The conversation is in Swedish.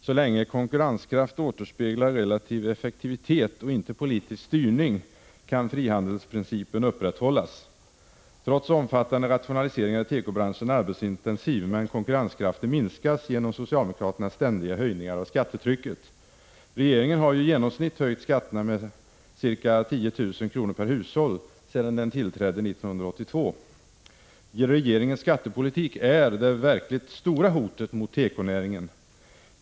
Så länge konkurrenskraft återspeglar relativ effektivitet och inte politisk styrning kan frihandelsprincipen upprätthållas. Trots omfattande rationaliseringar är tekobranschen arbetsintensiv, men konkurrenskraften minskas genom socialdemokraternas ständiga höjningar av skattetrycket. Regeringen har höjt skatterna med i genomsnitt ca 10 000 kr. per hushåll sedan den tillträdde 1982. Regeringens skattepolitik är det verkligt stora hotet mot tekonäringen.